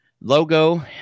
logo